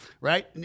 Right